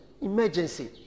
emergency